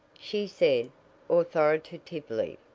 she said authoritatively,